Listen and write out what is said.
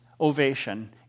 ovation